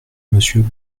monsieur